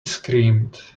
screamed